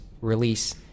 release